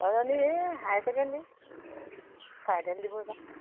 মজনী এই high secondary final দিব এইবাৰ